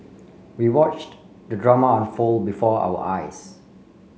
we watched the drama unfold before our eyes